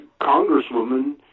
congresswoman